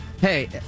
hey